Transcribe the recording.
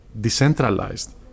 decentralized